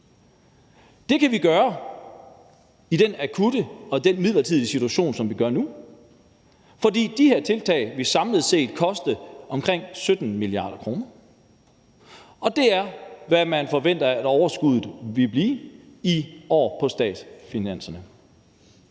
Det kan vi gøre i den akutte og midlertidige situation, som vi er i nu, for de her tiltag vil samlet set koste omkring 17 mia. kr. Det er, hvad man forventer overskuddet vil blive i år på statsfinanserne.